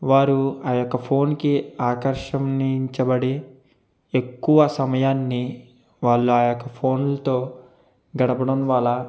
వారు ఆ యొక్క ఫోన్ కి ఆకర్షణించబడి ఎక్కువ సమయాన్ని వాళ్ళ యొక ఫోన్ తో గడపడం వళ